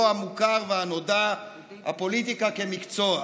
המוכר והנודע "הפוליטיקה כמקצוע".